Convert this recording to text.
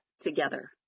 together